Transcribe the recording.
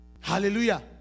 hallelujah